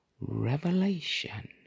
revelation